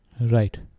Right